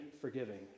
forgiving